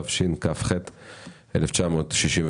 התשכ"ח-1968.